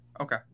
Okay